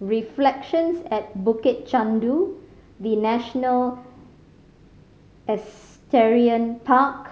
Reflections at Bukit Chandu The National Park